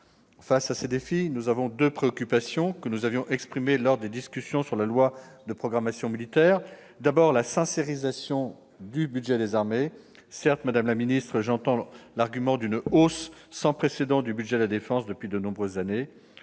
Face à ces défis, nous avons deux préoccupations ; nous les avons déjà exprimées lors des discussions sur la loi de programmation militaire. Première préoccupation, le budget des armées doit être sincère. Certes, madame la ministre, j'entends l'argument d'une hausse sans précédent du budget de la défense depuis de nombreuses années,